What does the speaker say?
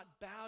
bowed